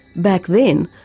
back then,